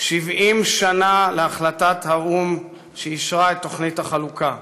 70 שנה להחלטת האו"ם שאישרה את תוכנית החלוקה,